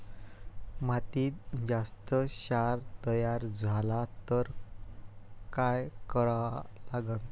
मातीत जास्त क्षार तयार झाला तर काय करा लागन?